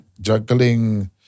juggling